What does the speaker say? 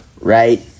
right